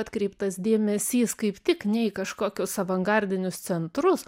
atkreiptas dėmesys kaip tik ne į kažkokius avangardinius centrus